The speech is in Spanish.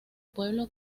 pueblo